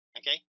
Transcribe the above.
okay